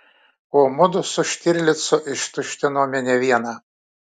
o mudu su štirlicu ištuštinome ne vieną